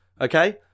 okay